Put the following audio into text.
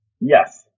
Yes